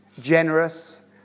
Generous